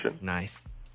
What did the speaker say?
Nice